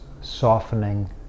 softening